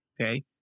Okay